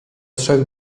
trzech